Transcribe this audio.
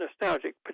nostalgic